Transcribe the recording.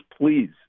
please